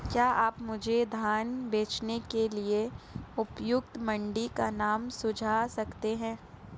क्या आप मुझे धान बेचने के लिए उपयुक्त मंडी का नाम सूझा सकते हैं?